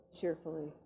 cheerfully